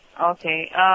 Okay